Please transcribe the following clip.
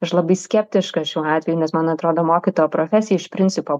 aš labai skeptiška šiuo atveju nes man atrodo mokytojo profesija iš principo